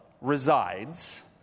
resides